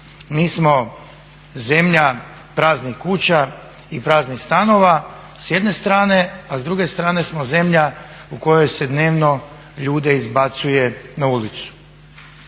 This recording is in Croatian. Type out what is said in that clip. Mi smo zemlja praznih kuća i praznih stanova s jedne strane, a s druge strane smo zemlja u kojoj se dnevno ljude izbacuje na ulicu.